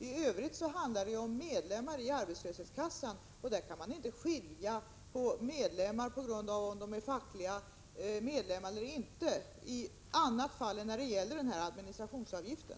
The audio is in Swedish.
I övrigt handlar det om medlemmar i arbetslöshetskassan, och därvidlag kan man inte skilja på sådana som är fackliga medlemmar och sådana som inte är fackliga medlemmar i annat hänseende än när det gäller administrationsavgiften.